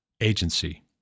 agency